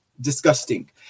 disgusting